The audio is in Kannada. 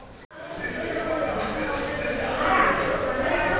ಯಾರ್ ಬೇಕಾದ್ರೂ ಸೇವಿಂಗ್ಸ್ ಅಕೌಂಟ್ ಓಪನ್ ಮಾಡಿ ರೊಕ್ಕಾ ಇಡ್ಬೋದು